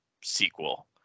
sequel